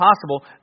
possible